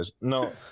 No